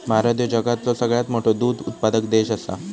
भारत ह्यो जगातलो सगळ्यात मोठो दूध उत्पादक देश आसा